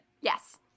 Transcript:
Yes